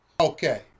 Okay